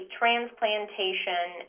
transplantation